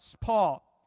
Paul